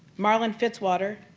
marlin fitzwater,